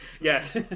yes